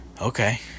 Okay